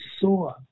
saw